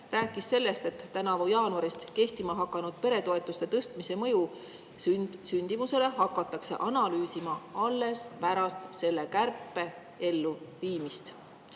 räägiti sellest, et tänavu jaanuarist kehtima hakanud peretoetuste tõstmise mõju sündimusele hakatakse analüüsima alles pärast selle kärpe elluviimist.